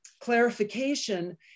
clarification